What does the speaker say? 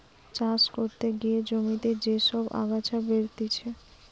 চাষ করতে গিয়ে জমিতে যে সব আগাছা বেরতিছে